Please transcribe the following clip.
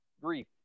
grief